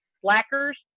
Slackers